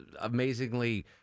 amazingly